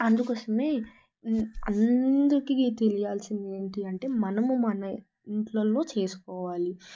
అందుకోసమే అందరికీ తెలియాల్సింది ఏంటి అంటే మనము మన ఇంట్లల్లో చేసుకోవాలి